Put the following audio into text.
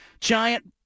giant